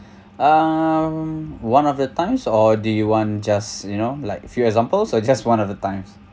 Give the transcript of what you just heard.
um one of the times or do you want just you know like few examples or just one of the times